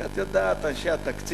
כי את יודעת, אנשי התקציב,